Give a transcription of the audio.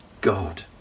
God